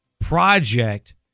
project